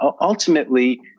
ultimately